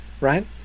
right